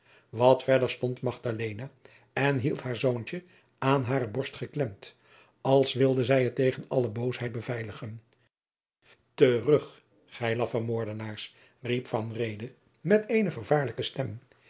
wat verder stond magdalena en hield haar zoontje aan hare borst geklemd als wilde zij het tegen alle boosheid beveiligen terug gij laffe moordenaars riep van reede met eene vervaarlijke stem